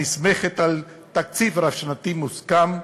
הנסמכת על תקציב רב-שנתי מוסכם.